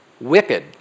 wicked